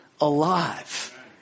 alive